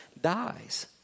dies